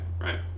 right